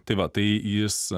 tai va tai jis